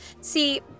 See